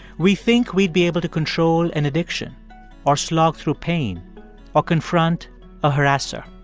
we think we'd be able to control an addiction or slog through pain or confront a harasser